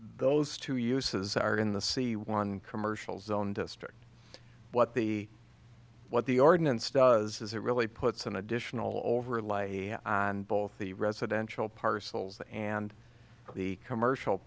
those two uses are in the c one commercial zone district what the what the ordinance does is it really puts an additional overlay and both the residential parcels and the commercial